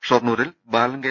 ഷൊർണൂരിൽ Balan K